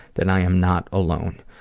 that i am not alone.